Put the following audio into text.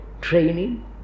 training